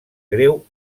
greu